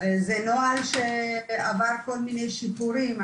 זה נוהל שעבר כל מיני שיפורים.